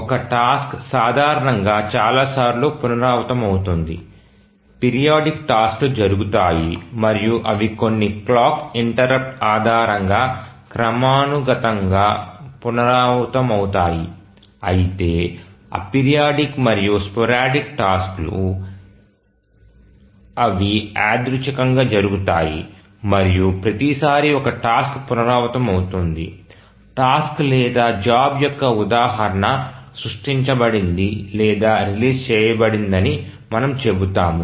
ఒక టాస్క్ సాధారణంగా చాలాసార్లు పునరావృతమవుతుంది పిరియాడిక్ టాస్క్లు జరుగుతాయి మరియు అవి కొన్ని క్లాక్ ఇంటరప్ట్ ఆధారంగా క్రమానుగతంగా పునరావృతమవుతాయి అయితే అపిరియోడిక్ మరియు స్పోరాడిక్ టాస్క్లు అవి యాదృచ్ఛికంగా జరుగుతాయి మరియు ప్రతిసారీ ఒక టాస్క్ పునరావృతమవుతుంది టాస్క్ లేదా జాబ్ యొక్క ఉదాహరణ సృష్టించబడింది లేదా రిలీజ్ చేయబడిందని మనము చెబుతాము